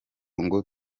ngo